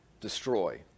destroy